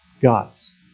God's